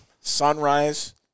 sunrise